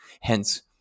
Hence